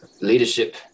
leadership